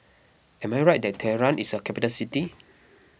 am I right that Tehran is a capital city